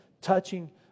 touching